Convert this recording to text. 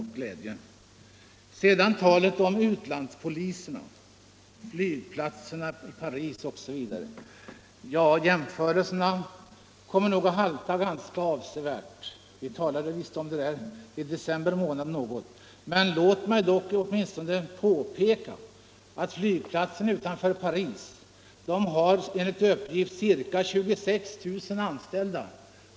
Jämförelsen med poliserna i utlandet — på flygplatserna i Paris osv. — haltar nog avsevärt. Vi talade om detta i december månad, men låt mig ändå påpeka att flygplatsen utanför Paris enligt uppgift har 26 000 anställda.